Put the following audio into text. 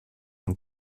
man